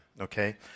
okay